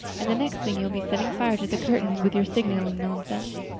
and the next thing you'll be setting fire to the curtains with your signaling nonsense.